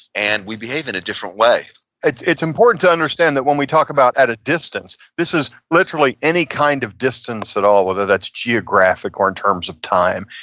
and we behave in a different way it's it's important to understand that when we talk about at a distance, this is literally any kind of distance at all, whether that's geographic or in terms of time.